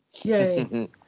Yay